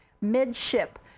midship